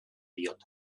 diot